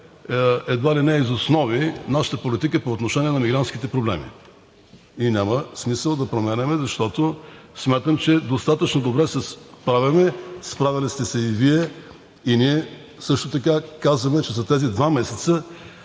едва ли не из основи нашата политика по отношение на мигрантските проблеми и няма смисъл да я променяме, защото смятам, че достатъчно добре се справяме, справяли сте се и Вие. Ние също така казваме, че за тези два месеца